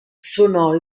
suonò